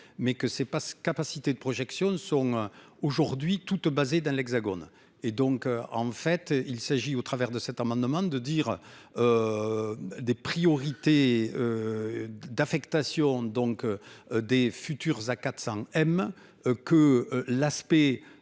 mais que c'est pas capacité de projection sont aujourd'hui toutes basées dans l'Hexagone et donc en fait il s'agit au travers de cet amendement de dire. Des priorités. D'affectation donc. Des futurs A 400 M que l'aspect